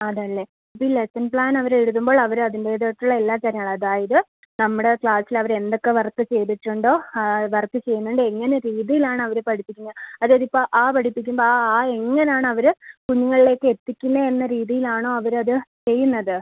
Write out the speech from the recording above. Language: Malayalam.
അതല്ലേ ഇപ്പോൾ ഈ ലെസ്സൺ പ്ലാനവർ എഴുതുമ്പോൾ അവരതിൻറ്റേത് ആയിട്ടുള്ള എല്ലാ തരം അതായത് നമ്മുടെ ക്ലാസ്സിലവർ എന്തൊക്കെ വർക്ക് ചെയ്തിട്ടുണ്ടോ വർക്ക് ചെയ്യുന്നുണ്ട് എങ്ങനെ രീതീലാണവർ പഠിപ്പിക്കുന്ന അതായതിപ്പോൾ അ പഠിപ്പിക്കുമ്പോൾ അ ആ എങ്ങനാണവർ കുഞ്ഞുങ്ങൾലേക്ക് എത്തിക്കുന്നത് എന്ന രീതീലാണോ അവരത് ചെയ്യുന്നത്